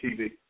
TV